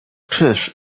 krzyż